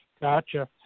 Gotcha